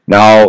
Now